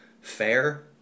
fair